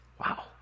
Wow